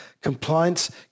compliance